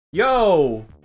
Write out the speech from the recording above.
yo